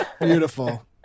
Beautiful